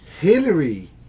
Hillary